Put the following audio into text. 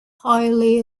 highly